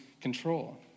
control